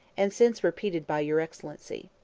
and since repeated by your excellency